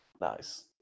Nice